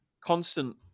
constant